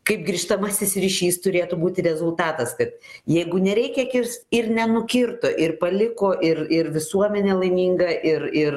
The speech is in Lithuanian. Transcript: kaip grįžtamasis ryšys turėtų būti rezultatas kad jeigu nereikia kirst ir nenukirto ir paliko ir ir visuomenė laiminga ir ir